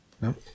No